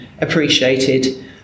appreciated